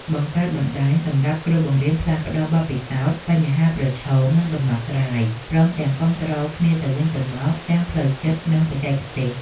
បង្កើតបណ្តាញសម្រាប់គ្រូបង្រៀនផ្លាស់ប្តូរបទពិសោធន៍ បញ្ហាប្រឈម និងដំណោះស្រាយ ព្រមទាំងគាំទ្រគ្នាទៅវិញទៅមកទាំងផ្លូវចិត្ត និងបច្ចេកទេស។